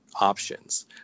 options